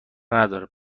نداره